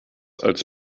als